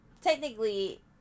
technically